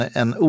en